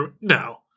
no